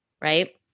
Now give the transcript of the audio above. right